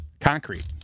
concrete